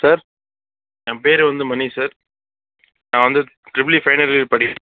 sir என் பேர் வந்து மணி சார் நான் வந்து ட்ரிபிள் இ ஃபைனல் இயர் படிக்கிறேன்